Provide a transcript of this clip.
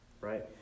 right